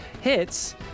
Hits